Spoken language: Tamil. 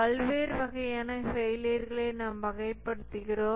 பல்வேறு வகையான ஃபெயிலியர்களை நாம் வகைப்படுத்துகிறோம்